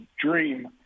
dream